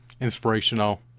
inspirational